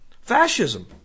Fascism